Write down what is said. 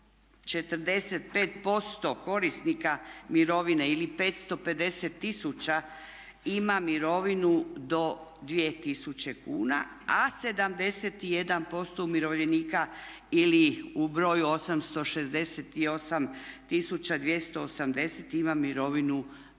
45% korisnika mirovine ili 550 000 ima mirovinu do 2000 kn, a 71% umirovljenika ili u broju 868 280 ima mirovinu do 3000 kuna.